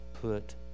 put